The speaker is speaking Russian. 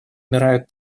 умирают